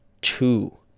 two